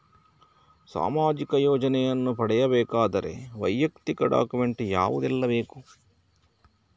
ಸಾಮಾಜಿಕ ಯೋಜನೆಯನ್ನು ಪಡೆಯಬೇಕಾದರೆ ವೈಯಕ್ತಿಕ ಡಾಕ್ಯುಮೆಂಟ್ ಯಾವುದೆಲ್ಲ ಬೇಕು?